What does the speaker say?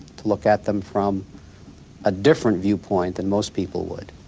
to look at them from a different viewpoint than most people would.